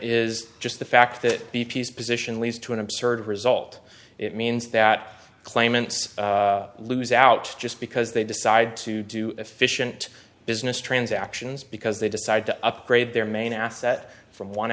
is just the fact that b p s position leads to an absurd result it means that claimants lose out just because they decide to do efficient business transactions because they decide to upgrade their main asset from one